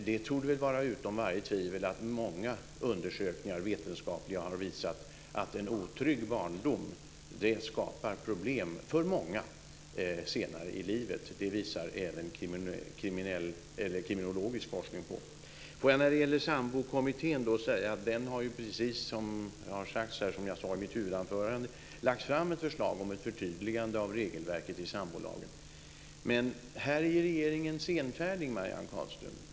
Det torde vara utom varje tvivel att många vetenskapliga undersökningar har visat att en otrygg barndom skapar problem för många senare i livet. Det visar även kriminologisk forskning. Får jag när det gäller Sambokommittén säga att den precis har lagt fram ett förslag som förtydligande av regelverket i sambolagen, som jag sade i mitt huvudanförande. Här är regeringen senfärdig, Marianne Carlström.